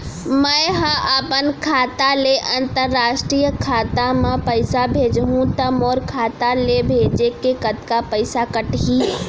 मै ह अपन खाता ले, अंतरराष्ट्रीय खाता मा पइसा भेजहु त मोर खाता ले, भेजे के कतका पइसा कटही?